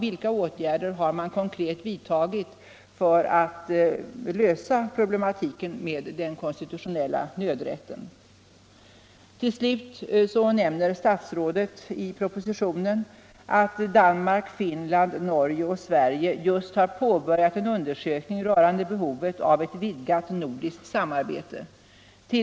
Vilka åtgärder har man konkret vidtagit för att lösa problematiken med den konstitutionella nödrätten? Statsrådet säger i propositionen att Danmark, Finland, Norge och Sverige just har påbörjat en undersökning rörande behovet av ett vidgat nordiskt samarbete.